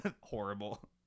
horrible